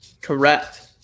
Correct